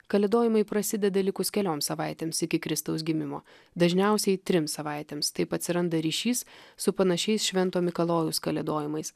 kalėdojimai prasideda likus kelioms savaitėms iki kristaus gimimo dažniausiai trims savaitėms taip atsiranda ryšys su panašiais švento mikalojaus kalėdojimais